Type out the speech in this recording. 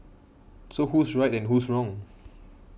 so who's right and who's wrong